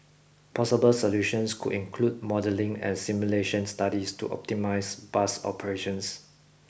possible solutions could include modelling and simulation studies to optimise bus operations